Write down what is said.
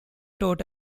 taught